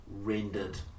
rendered